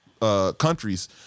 countries